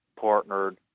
partnered